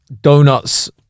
Donuts